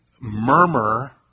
murmur